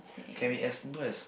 can be as simple as